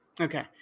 Okay